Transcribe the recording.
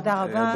תודה רבה.